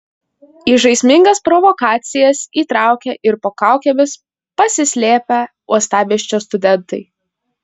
į žaismingas provokacijas įtraukė ir po kaukėmis pasislėpę uostamiesčio studentai